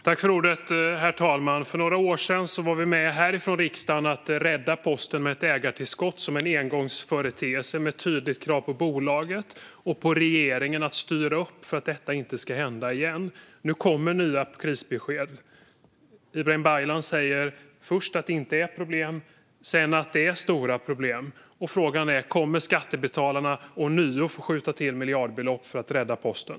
Herr talman! För några år sedan var vi här i riksdagen med om att rädda posten med ett ägartillskott, som en engångsföreteelse med tydliga krav på bolaget och på regeringen att styra upp för att detta inte ska hända igen. Nu kommer nya krisbesked. Ibrahim Baylan säger först att det inte är problem och sedan att det är stora problem. Frågan är: Kommer skattebetalarna ånyo att få skjuta till miljardbelopp för att rädda posten?